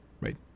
right